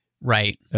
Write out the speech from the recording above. Right